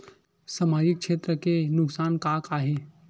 सामाजिक क्षेत्र के नुकसान का का हे?